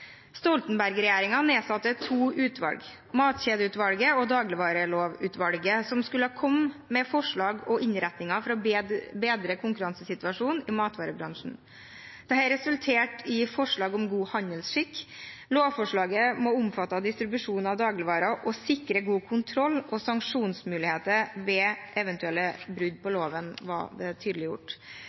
nedsatte to utvalg, Matkjedeutvalget og Dagligvarelovutvalget, som skulle komme med forslag og innrettinger for å bedre konkurransesituasjonen i matvarebransjen. Dette resulterte i forslag om god handelsskikk. Det var tydeliggjort at lovforslaget må omfatte distribusjon av dagligvarer og sikre god kontroll og sanksjonsmuligheter ved eventuelle brudd på loven. Det finnes i dag vesentlige utfordringer i det